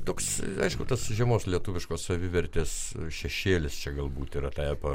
toks aišku tas žymus lietuviškos savivertės šešėlis čia galbūt yra tą epą